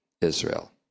Israel